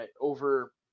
over